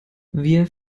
wir